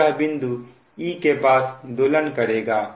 तो यह बिंदु e के पास दोलन करेगा